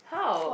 how